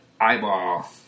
eyeball